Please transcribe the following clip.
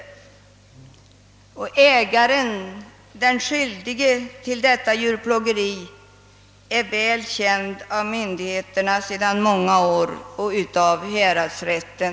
Ägaren — den som gjort sig skyldig till detta djurplågeri — är väl känd av myndigheterna sedan många år och av häradsrätten.